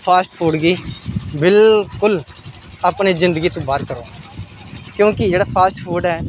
fast food गी बिल्कुल अपनी जिंदगी तूं बाह्र करो क्यूंकि जेह्ड़ा फास्ट फूड ऐ